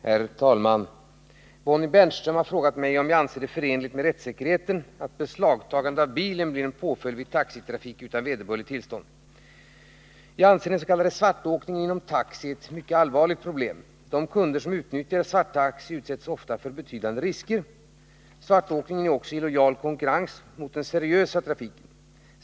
Herr talman! Bonnie Bernström har frågat mig om jag anser det förenligt med rättssäkerheten att beslagtagande av bilen blir en påföljd vid taxitrafik utan vederbörligt tillstånd. Jag anser att den s.k. svartåkningen inom taxi är ett mycket allvarligt problem. De kunder som utnyttjar svarttaxi utsätts ofta för betydande risker. Svartåkningen är också en illojal konkurrens mot den seriösa taxitrafiken.